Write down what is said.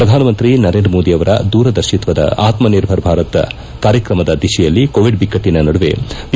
ಶ್ರಧಾನ ಮಂತ್ರಿ ನರೇಂದ್ರ ಮೋದಿ ಅವರ ದೂರದರ್ತಿತ್ವದ ಆತ್ಮ ನಿರ್ಭರ್ ಭಾರತ್ ಕಾರ್ಯಕ್ರಮದ ದಿಶೆಯಲ್ಲಿ ಕೋವಿಡ್ ಬಿಕ್ಕಟ್ಟನ ನಡುವೆ ಪಿ